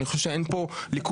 אני חושב שאין פה ליכוד,